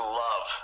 love